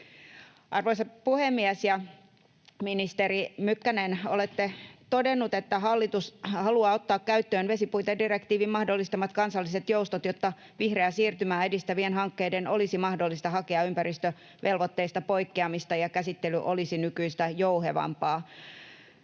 Arvoisa puhemies! Ministeri Mykkänen, olette todennut, että hallitus haluaa ottaa käyttöön vesipuitedirektiivin mahdollistamat kansalliset joustot, jotta vihreää siirtymää edistävien hankkeiden olisi mahdollista hakea ympäristövelvoitteista poikkeamista ja käsittely olisi nykyistä jouhevampaa.